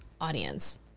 audience